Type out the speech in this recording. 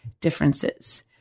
differences